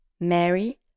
Mary